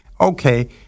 okay